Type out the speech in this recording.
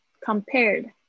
Compared